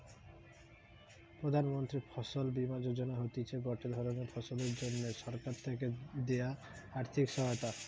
প্রধান মন্ত্রী ফসল বীমা যোজনা হতিছে গটে ধরণের ফসলের জন্যে সরকার থেকে দেয়া আর্থিক সহায়তা